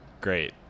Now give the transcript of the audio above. great